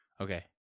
Okay